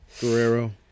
Guerrero